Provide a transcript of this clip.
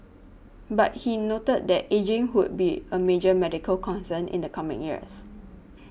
but he noted that ageing would be a major medical concern in the coming years